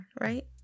right